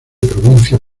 provincias